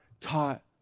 taught